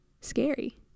scary